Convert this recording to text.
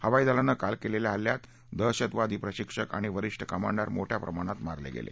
हवाई दलानं काल केलेल्या हल्ल्यात दहशतवादी प्रशिक्षक आणि वरीष्ठ कमांडर मोठ्या प्रमाणात मारले गेले